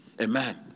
Amen